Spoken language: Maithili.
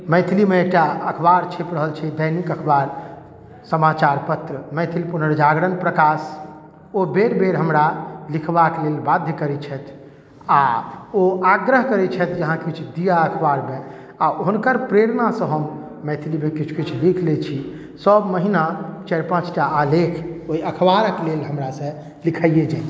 मैथलीमे एकटा अखबार छपि रहल छै दैनिक अखबार समाचार पत्र मैथिल पुनर्जागरण प्रकाश ओ बेर बेर हमरा लिखबाक लेल बाध्य करैत छथि आ ओ आग्रह करैत छथि जे अहाँ किछु दिअ अखबारमे आ हुनकर प्रेरणासँ हम मैथिलीमे किछु किछु लिख लैत छी सभमहीना चारि पाँचटा आलेख ओहि अखबारक लेल हमरासँ लिखाइए जाइए